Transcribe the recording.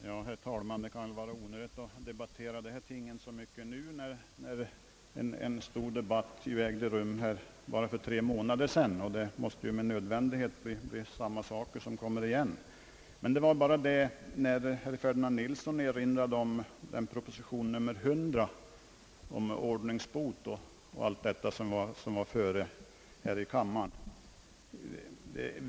Herr talman! Det kan vara onödigt att debattera dessa ting så mycket nu, när en stor debatt ägde rum här för tre månader sedan. Det måste med nödvändighet bli samma saker som kommer igen. Jag måste dock säga något när herr Ferdinand Nilsson erinrade om proposition 100, om ordningsbot och allt detta, som var före här i kammaren.